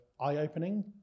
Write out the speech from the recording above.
eye-opening